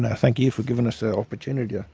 and thank you for giving us the opportunity. yeah